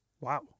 Wow